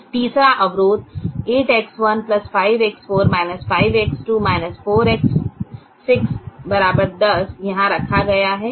तीसरा अवरोध 8X1 5X4 5X5 4X6 10 यहाँ रखा गया है